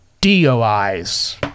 DOIs